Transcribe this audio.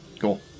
Cool